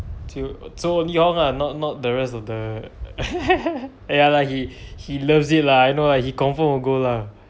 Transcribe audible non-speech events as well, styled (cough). till so Ni-Hong lah not not the rest of the (laughs) ya lah he he loves it lah I know lah he confirm will go lah